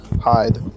hide